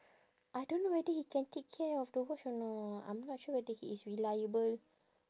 I don't know whether he can take care of the watch or not I'm not sure whether he is reliable